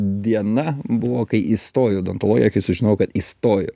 diena buvo kai įstojau į odontologiją kai sužinojau kad įstojau